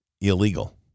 illegal